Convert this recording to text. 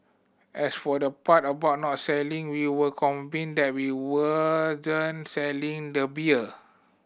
as for the part about not selling we were convinced that we wouldn't selling the beer